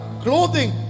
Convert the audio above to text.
clothing